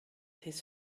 his